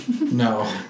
No